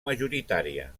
majoritària